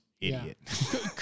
idiot